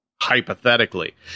Hypothetically